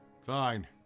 fine